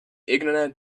ignorant